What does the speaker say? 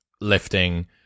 lifting